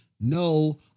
no